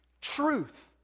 truth